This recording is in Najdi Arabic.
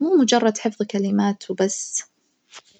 مو مجرد حفظ كلمات وبس.